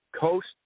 coast